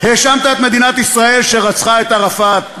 האשמת את מדינת ישראל שרצחה את ערפאת,